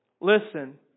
Listen